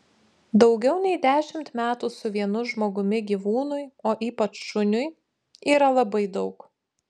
daugiau nei dešimt metų su vienu žmogumi gyvūnui o ypač šuniui yra labai daug